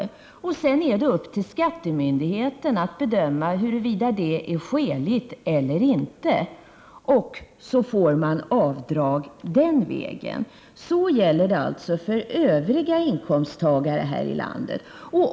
Sedan ankommer det på skattemyndigheterna att bedöma om de yrkade avdragen är skäliga eller inte. På så sätt får man alltså ersättning för sina utgifter. Detta är vad som gäller för övriga inkomsttagare här i landet.